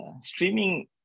streaming